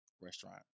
restaurant